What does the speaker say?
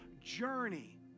journey